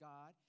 God